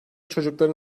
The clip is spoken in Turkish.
çocukların